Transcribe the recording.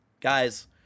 Guys